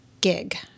gig